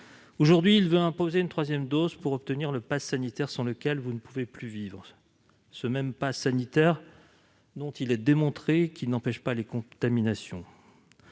Aujourd'hui, il veut nous imposer une troisième dose pour que nous conservions le passe sanitaire sans lequel nous ne pouvons plus vivre - ce même passe sanitaire dont il est démontré qu'il n'empêche pas les contaminations.